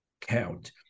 count